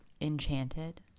enchanted